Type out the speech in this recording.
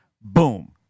boom